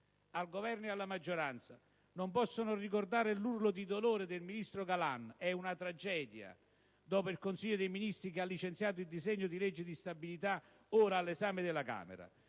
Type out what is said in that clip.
al Governo ed alla maggioranza l'urlo di dolore del ministro Galan, il quale, dopo il Consiglio dei ministri che ha licenziato il disegno di legge di stabilità ora all'esame della Camera,